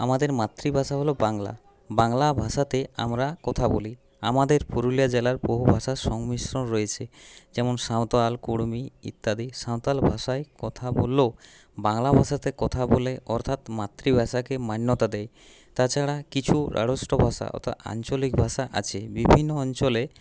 আমাদের মাতৃভাষা হলো বাংলা বাংলা ভাষাতে আমরা কথা বলি আমাদের পুরুলিয়া জেলার বহু ভাষার সংমিশ্রণ রয়েছে যেমন সাঁওতাল কুর্মি ইত্যাদি সাঁওতাল ভাষায় কথা বললেও বাংলা ভাষাতে কথা বলে অর্থাৎ মাতৃভাষাকে মান্যতা দেয় তাছাড়া কিছু আড়ষ্ট ভাষা অর্থাৎ আঞ্চলিক ভাষা আছে বিভিন্ন অঞ্চলে